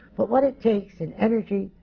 but what it takes in energy,